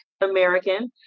american